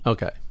Okay